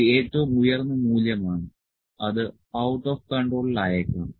ഇത് ഏറ്റവും ഉയർന്ന മൂല്യമാണ് അത് ഔട്ട് ഓഫ് കൺട്രോളിൽ ആയേക്കാം